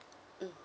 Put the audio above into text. mm